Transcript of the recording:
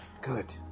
Good